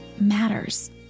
matters